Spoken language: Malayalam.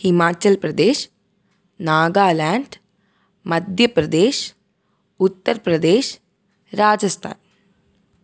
ഹിമാചൽപ്രദേശ് നാഗാലാൻഡ് മദ്ധ്യപ്രദേശ് ഉത്തർപ്രദേശ് രാജസ്ഥാൻ